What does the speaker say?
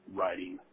writing –